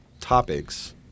topics